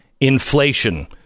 inflation